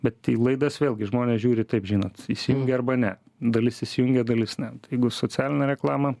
bet į laidas vėlgi žmonės žiūri taip žinot įsijungia arba ne dalis įsijungia dalis ne tai jeigu socialinę reklamą